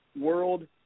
world